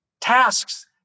tasks